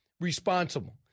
responsible